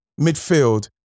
Midfield